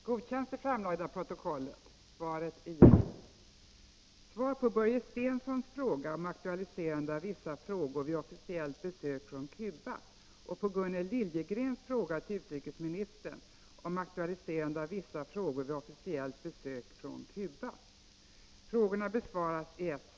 Enligt uppgifter i pressen har ställföreträdande statsminister Ingvar Carlsson inbjudit Cubas vice president och vice regeringschef Carlos Rafael Rodriquez på officiellt besök i Sverige. Rodriquez har tackat ja och lär komma den 27 oktober för att bl.a. överlägga med företrädare för den svenska regeringen. Kommer regeringen i sina samtal med vice president Rodriquez att påtala de politiska fångarnas svåra situation i Cuba och kräva deras frisläppande?